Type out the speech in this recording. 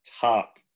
top